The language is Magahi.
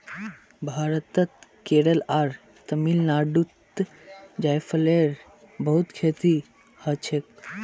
भारतत केरल आर तमिलनाडुत जायफलेर बहुत खेती हछेक